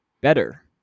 better